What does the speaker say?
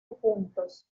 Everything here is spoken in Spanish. puntos